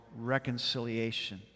reconciliation